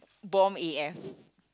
bomb A F